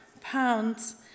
pounds